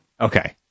Okay